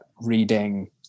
reading